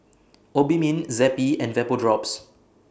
Obimin Zappy and Vapodrops